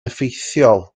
effeithiol